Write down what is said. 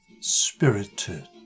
spirited